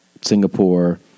Singapore